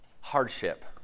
hardship